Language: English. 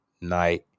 night